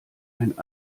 ein